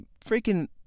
freaking